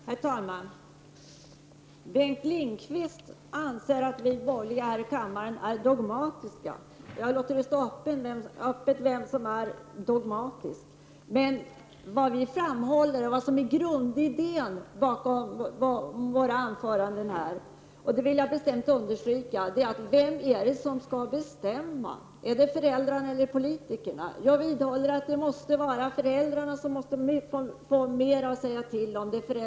Herr talman! Bengt Lindqvist anser att de borgerliga i kammaren är dogmatiska. Jag vill hålla öppet vem som är dogmatisk. Grundidén bakom våra anföranden — det vill jag bestämt understryka — ligger i frågan: Vem är det som skall bestämma, är det föräldrarna eller politikerna? Jag vidhåller att det måste vara föräldrarna som skall ha mera att säga till om.